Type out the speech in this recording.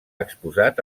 exposat